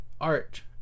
art